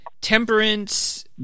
Temperance